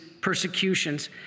persecutions